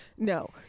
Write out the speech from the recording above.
No